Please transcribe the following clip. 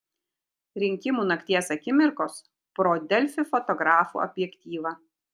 rinkimų nakties akimirkos pro delfi fotografų objektyvą